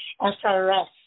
SRS